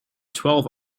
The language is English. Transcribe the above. twelve